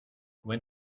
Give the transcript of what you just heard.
when